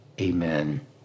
Amen